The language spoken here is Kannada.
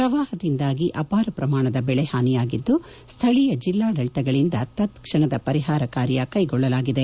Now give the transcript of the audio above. ಪ್ರವಾಹದಿಂದಾಗಿ ಅಪಾರ ಪ್ರಮಾಣದ ಬೆಳೆ ಹಾನಿಯಾಗಿದ್ದು ಸ್ಥಳೀಯ ಜಿಲ್ಲಾಡಳಿತಗಳಿಂದ ತತ್ ಕ್ಷಣದ ವರಿಹಾರ ಕಾರ್ಯ ಕೈಗೊಳ್ಳಲಾಗಿದೆ